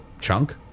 Chunk